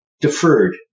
deferred